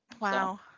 Wow